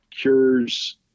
cures